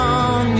on